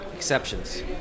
Exceptions